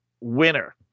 winner